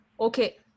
okay